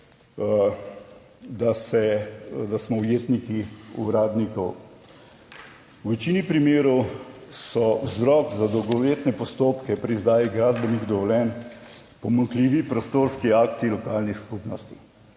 da smo ujetniki uradnikov. V večini primerov so vzrok za dolgoletne postopke pri izdaji gradbenih dovoljenj pomanjkljivi prostorski akti lokalnih skupnosti.